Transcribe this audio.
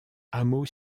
hameau